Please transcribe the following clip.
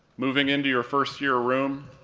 moving in to your first-year room,